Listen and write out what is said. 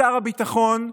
משר הביטחון,